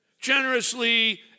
generously